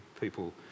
People